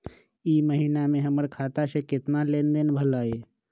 ई महीना में हमर खाता से केतना लेनदेन भेलइ?